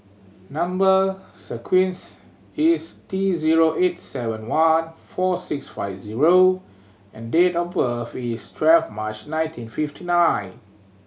number sequence is T zero eight seven one four six five O and date of birth is twelve March nineteen fifty nine